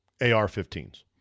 AR-15s